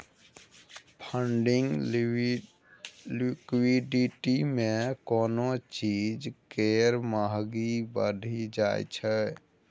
funding liquidity मे कोनो चीज केर महंगी बढ़ि जाइ छै